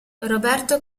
roberto